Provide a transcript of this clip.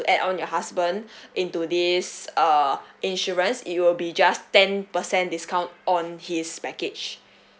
add on your husband into this uh insurance it will be just ten percent discount on his package